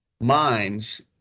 minds